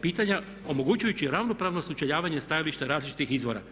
pitanja, omogućujući ravnopravno sučeljavanje stajališta različitih izvora.